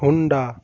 Honda